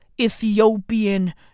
Ethiopian